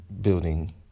Building